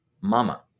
mama